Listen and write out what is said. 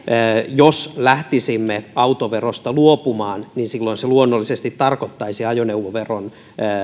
jos lähtisimme autoverosta luopumaan niin se luonnollisesti tarkoittaisi ajoneuvoveron